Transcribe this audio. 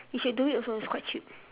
you should do it also it's quite cheap